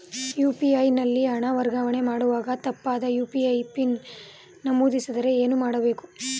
UPI ನಲ್ಲಿ ಹಣ ವರ್ಗಾವಣೆ ಮಾಡುವಾಗ ತಪ್ಪಾದ ಯು.ಪಿ.ಐ ಪಿನ್ ನಮೂದಿಸಿದರೆ ಏನು ಮಾಡಬೇಕು?